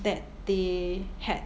that they had